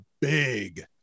Big